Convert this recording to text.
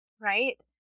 right